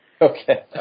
Okay